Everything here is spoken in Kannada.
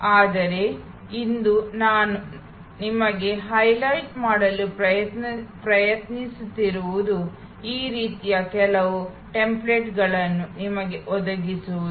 ಆದರೆ ಇಂದು ನಾನು ನಿಮಗೆ ಹೈಲೈಟ್ ಮಾಡಲು ಪ್ರಯತ್ನಿಸುತ್ತಿರುವುದು ಈ ರೀತಿಯ ಕೆಲವು ಮಾದರಿಗಳನ್ನುನಿಮಗೆ ಒದಗಿಸುವುದು